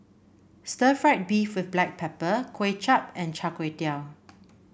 Stir Fried Beef with Black Pepper Kuay Chap and Char Kway Teow